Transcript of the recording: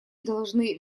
должны